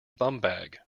bumbag